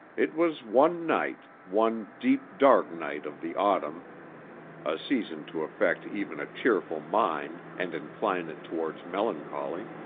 it was one night, one deep dark night of the autumn a season to affect even a cheerful mind and incline it towards melancholy.